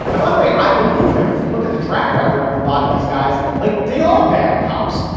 and by the way, i believe them. if you look at the track record of a lot of these guys, like they are bad cops.